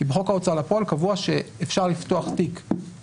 כי בחוק ההוצאה לפועל קבוע שאפשר לפתוח תיק